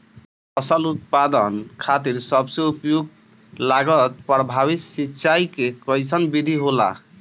फसल उत्पादन खातिर सबसे उपयुक्त लागत प्रभावी सिंचाई के कइसन विधि होला?